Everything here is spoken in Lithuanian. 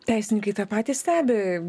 teisininkai tą pati stebi